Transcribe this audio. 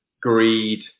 greed